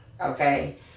okay